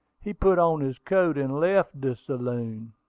he put on his coat, and left de saloon.